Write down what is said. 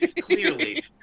clearly